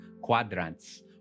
quadrants